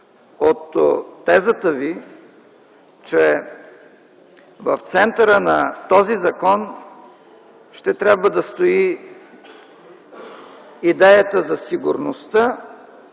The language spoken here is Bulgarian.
от тезата Ви, че в центъра на този закон ще трябва да стои идеята за сигурността.